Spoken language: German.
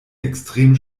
extrem